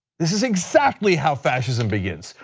this is exactly how fascism begins.